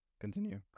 Continue